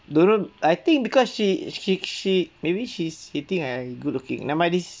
don't know I think because she she she maybe she she think I good-looking never mind this